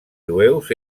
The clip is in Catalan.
jueus